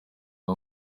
uba